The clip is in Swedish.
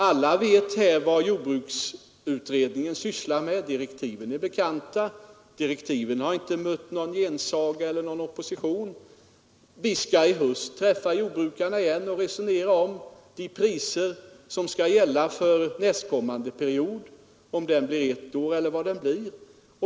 Alla här vet vad jordbruksutredningen sysslar med. Direktiven är bekanta, och de har inte mött någon gensaga eller någon opposition. Vi skall i höst träffa jordbrukarna igen och resonera om de priser som skall gälla för den kommande perioden, om den blir ettårig eller vad den blir.